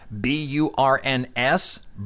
B-U-R-N-S